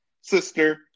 sister